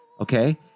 Okay